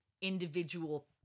individual